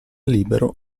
libero